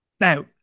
Now